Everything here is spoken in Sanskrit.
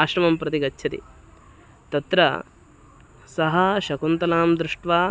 आश्रमं प्रति गच्छति तत्र सः शकुन्तलां दृष्ट्वा